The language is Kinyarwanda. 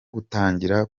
gutangira